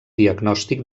diagnòstic